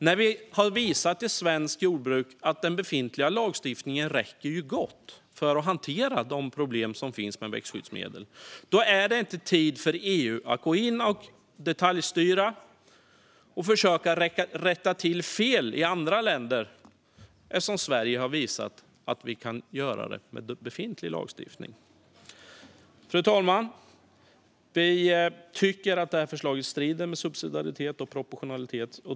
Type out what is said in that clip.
När vi har visat i svenskt jordbruk att den befintliga lagstiftningen räcker gott för att hantera de problem som finns med växtskyddsmedel är det inte tid för EU att gå in och detaljstyra och försöka att rätta till fel i andra länder, eftersom Sverige har visat att vi kan göra det med befintlig lagstiftning. Fru talman! Vi tycker att förslaget strider mot subsidiaritet och proportionalitet.